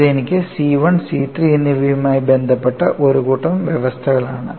ഇത് എനിക്ക് C1 C3 എന്നിവയുമായി ബന്ധപ്പെട്ട ഒരു കൂട്ടം വ്യവസ്ഥകളാണ്